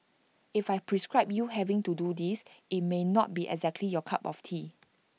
if I prescribe you having to do this IT may not be exactly your cup of tea